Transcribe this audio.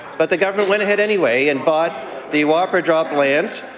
but the government went ahead anyway and bought the whopper drop lands,